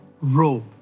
robe